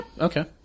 Okay